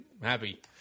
happy